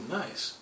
nice